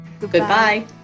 Goodbye